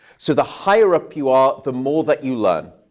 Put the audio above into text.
so the higher up you are, the more that you learn.